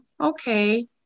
okay